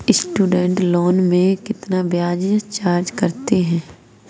Student loan में कितना ब्याज चार्ज करते हैं?